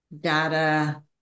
data